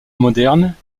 modernes